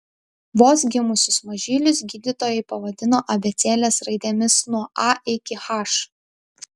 vos gimusius mažylius gydytojai vadino abėcėlės raidėmis nuo a iki h